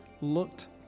looked